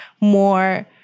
more